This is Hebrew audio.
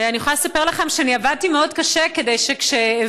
אני יכולה לספר לכם שאני עבדתי מאוד קשה שכשהעבירו